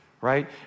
right